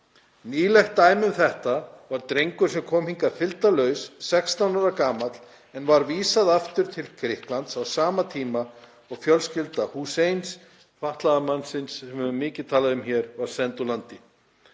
Nýlegt dæmi um þetta var drengur sem kom hingað fylgdarlaus 16 ára gamall en var vísað aftur til Grikklands á sama tíma og fjölskylda Husseins, fatlaða mannsins sem við höfum mikið talað um hér, var send úr landi.